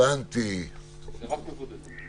כאן זה רק מבודדים.